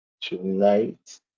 tonight